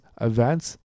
events